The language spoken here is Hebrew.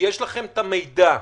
יש לכם את המידע.